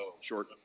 short